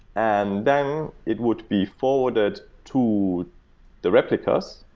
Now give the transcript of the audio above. and then, it would be forwarded to the replicas,